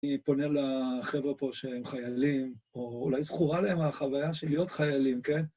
‫אני פונה לחבר'ה פה שהם חיילים, ‫או אולי זכורה להם החוויה של להיות חיילים, כן?